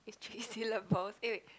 is three syllables eh wait